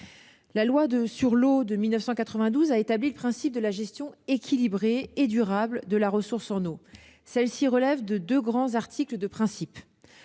La loi sur l'eau du 3 janvier 1992 a établi le principe de la gestion équilibrée et durable de la ressource en eau. Celle-ci relève de deux grands articles de principe.